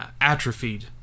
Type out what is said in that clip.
atrophied